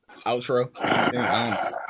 Outro